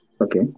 Okay